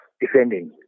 defending